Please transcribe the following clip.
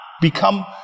become